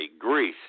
greece